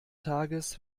tages